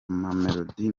mamelodi